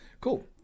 Cool